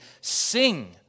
sing